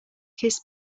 kiss